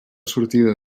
sortida